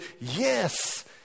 Yes